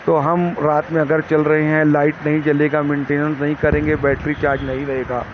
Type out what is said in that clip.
تو ہم رات میں اگر چل رہے ہیں لائٹ نہیں جلے گا مینٹننس نہیں کریں گے بیٹری چارج نہیں رہے گا